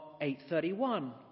8.31